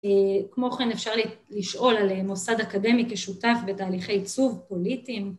כמו כן אפשר לשאול על מוסד אקדמי כשותף בתהליכי עיצוב פוליטיים.